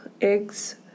eggs